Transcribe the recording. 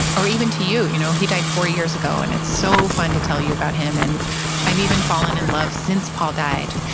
or even to you, you know? he died four years ago and it's so fun to tell you about him. and i've i've even fallen in love since paul died,